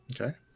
Okay